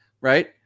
right